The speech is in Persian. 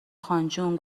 خانجون